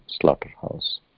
slaughterhouse